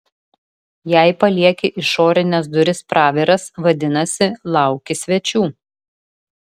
jei palieki išorines duris praviras vadinasi lauki svečių